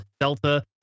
Delta